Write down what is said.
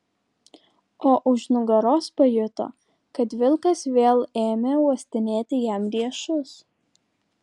o už nugaros pajuto kad vilkas vėl ėmė uostinėti jam riešus